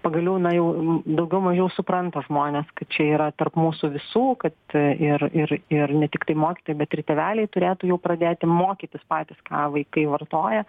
pagaliau na jau daugiau mažiau supranta žmonės kad čia yra tarp mūsų visų kad ir ir ir ne tiktai mokytojai bet ir tėveliai turėtų jau pradėti mokytis patys ką vaikai vartoja